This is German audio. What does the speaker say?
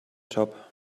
job